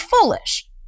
foolish